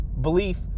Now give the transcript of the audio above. belief